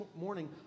morning